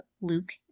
Luke